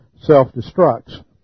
self-destructs